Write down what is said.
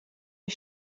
die